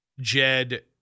Jed